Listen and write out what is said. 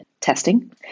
testing